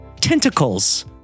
tentacles